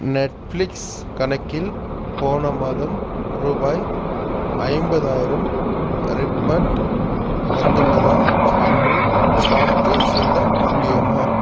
Netflix கணக்கில் போன மாதம் ரூபாய் ஐம்பதாயிரம் ரீஃபண்ட் வந்துள்ளதா என்று பார்த்துச் சொல்ல முடியுமா